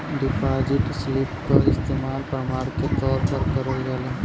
deposit slip क इस्तेमाल प्रमाण के तौर पर करल जाला